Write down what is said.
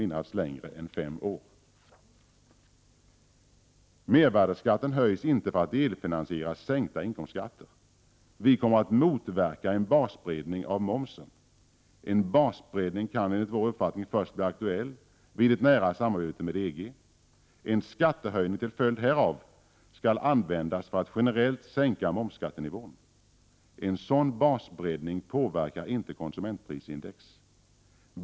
Mervärdeskatten höjs inte för att delfinansiera sänkta inkomstskatter. Vi kommer att motverka en basbreddning av momsen. En basbreddning kan enligt vår uppfattning bli aktuell först vid ett nära samarbete med EG. En skattehöjning till följd härav skall användas för att generellt sänka momsskattenivån. En sådan basbreddning påverkar inte konsumentprisindex.